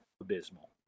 abysmal